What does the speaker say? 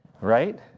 Right